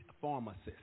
pharmacist